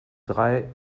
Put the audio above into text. drei